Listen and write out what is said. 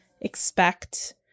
expect